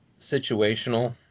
situational